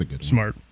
Smart